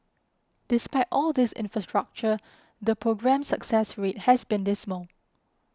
despite all this infrastructure the programme's success rate has been dismal